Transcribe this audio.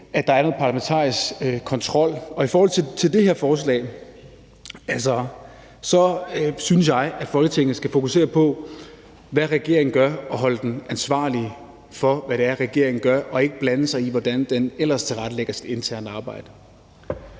at der er parlamentarisk kontrol. I forhold til det her forslag synes jeg, at Folketinget skal fokusere på, hvad regeringen gør, og holde den ansvarlig for, hvad regeringen gør, og ikke blande sig i, hvordan den ellers tilrettelægger sit interne arbejde.